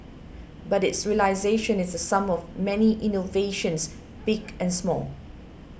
but its realisation is the sum of many innovations big and small